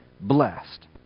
blessed